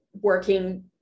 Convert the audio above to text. working